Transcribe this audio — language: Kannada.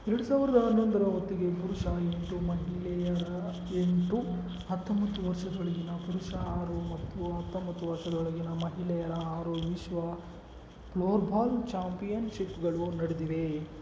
ಎರಡು ಸಾವಿರದ ಹನ್ನೊಂದರ ಹೊತ್ತಿಗೆ ಪುರುಷ ಎಂಟು ಮಹಿಳೆಯರ ಎಂಟು ಹತ್ತೊಂಬತ್ತು ವರ್ಷದೊಳಗಿನ ಪುರುಷ ಆರು ಮತ್ತು ಹತ್ತೊಂಬತ್ತು ವರ್ಷದೊಳಗಿನ ಮಹಿಳೆಯರ ಆರು ವಿಶ್ವ ಫ್ಲೋರ್ ಬಾಲ್ ಚಾಂಪಿಯನ್ಶಿಪ್ಗಳು ನಡೆದಿವೆ